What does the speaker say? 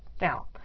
Now